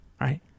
Right